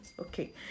okay